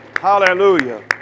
Hallelujah